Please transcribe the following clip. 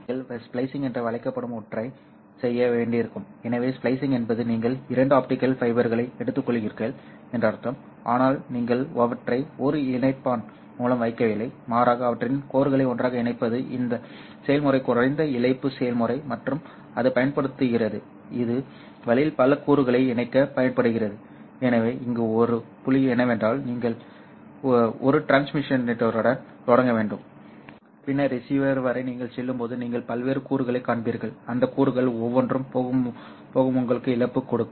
இடையில் நீங்கள் ஸ்ப்ளிசிங் என்று அழைக்கப்படும் ஒன்றைச் செய்ய வேண்டியிருக்கும் எனவே ஸ்ப்ளிசிங் என்பது நீங்கள் இரண்டு ஆப்டிகல் ஃபைபர்களை எடுத்துக்கொள்கிறீர்கள் என்று அர்த்தம் ஆனால் நீங்கள் அவற்றை ஒரு இணைப்பான் மூலம் வைக்கவில்லை மாறாக அவற்றின் கோர்களை ஒன்றாக இணைப்பது இந்த செயல்முறை குறைந்த இழப்பு செயல்முறை மற்றும் அது பயன்படுத்தப்படுகிறது இது வழியில் பல கூறுகளை இணைக்கப் பயன்படுகிறது எனவே இங்கே ஒரு புள்ளி என்னவென்றால் நீங்கள் ஒரு டிரான்ஸ்மிட்டருடன் தொடங்க வேண்டும் பின்னர் ரிசீவர் வரை நீங்கள் செல்லும்போது நீங்கள் பல்வேறு கூறுகளைக் காண்பீர்கள் அந்த கூறுகள் ஒவ்வொன்றும் போகும் உங்களுக்கு இழப்பு கொடுக்க